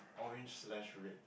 orange slash red